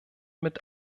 mit